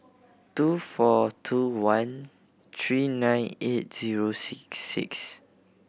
two four two one three nine eight zero six six